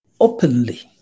openly